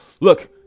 Look